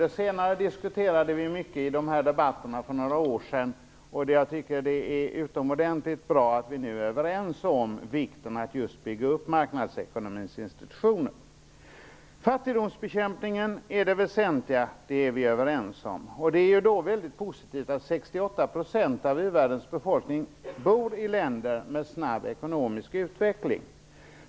Det senare diskuterade vi mycket i biståndsdebatterna för några år sedan, och det är utomordentligt bra att vi nu är överens om vikten av att just bygga upp marknadsekonomins institutioner. Fattigdomsbekämpningen är det väsentliga. Det är vi överens om. Det är då väldigt positivt att 68 % av u-världens befolkning bor i länder med snabb ekonomisk utveckling.